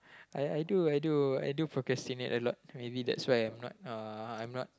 I I do I do I do procrastinate a lot maybe that's why I'm not uh I'm not